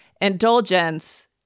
indulgence